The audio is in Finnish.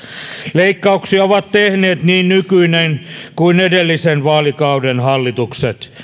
leikkauksia ovat tehneet niin nykyinen kuin edellisen vaalikauden hallitukset